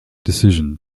decision